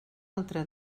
altra